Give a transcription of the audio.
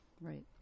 Right